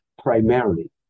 primarily